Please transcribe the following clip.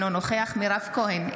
אינו נוכח מירב כהן,